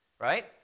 right